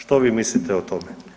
Što vi mislite o tome?